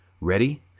Ready